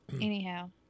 Anyhow